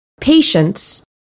patience